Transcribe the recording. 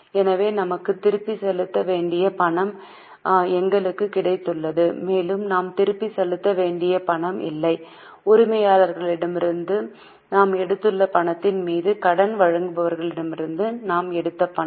எனவே நமக்கு திருப்பிச் செலுத்த வேண்டிய பணம் எங்களுக்குக் கிடைத்துள்ளது மேலும் நாம் திருப்பிச் செலுத்த வேண்டிய பணம் இல்லை உரிமையாளர்களிடம் இருந்து நாம் எடுத்துள்ள பணத்தின் மீது கடன் வழங்குபவர்களிடமிருந்து நாம் எடுத்த பணம்